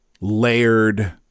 layered